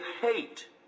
hate